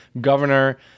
governor